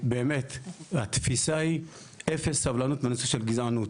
באמת התפיסה היא אפס סבלנות בנושא של גזענות.